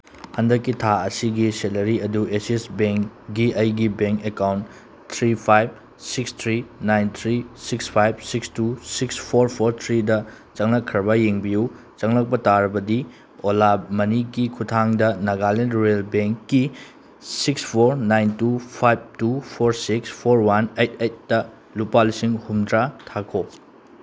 ꯍꯟꯗꯛꯀꯤ ꯊꯥ ꯑꯁꯤ ꯁꯦꯂꯔꯤ ꯑꯗꯨ ꯑꯦꯛꯁꯤꯁ ꯕꯦꯡꯒꯤ ꯑꯩꯒꯤ bank account three five six three nine three six five six two six four four ꯊ꯭ꯔꯤꯗ ꯆꯪꯂꯛꯈ꯭ꯔꯕ ꯌꯦꯡꯕꯤꯌꯨ ꯆꯪꯂꯛꯄ ꯇꯥꯔꯕꯗꯤ ꯑꯣꯂꯥ ꯃꯅꯤꯒꯤ ꯈꯨꯊꯥꯡꯗ ꯅꯥꯒꯥꯂꯦꯟ ꯔꯨꯔꯦꯜ ꯕꯦꯡꯀꯤ six four nine two five two four six four one eight ꯑꯩꯠꯇ ꯂꯨꯄꯥ ꯂꯤꯁꯤꯡ ꯍꯨꯝꯗ꯭ꯔꯥ ꯊꯥꯈꯣ